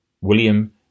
William